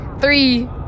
Three